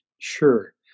Sure